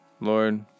Lord